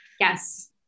Yes